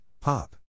pop